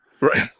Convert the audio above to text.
right